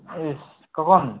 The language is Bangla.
ইস কখন